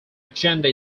agenda